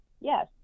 Yes